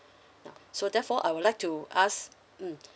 so therefore I would like to ask mm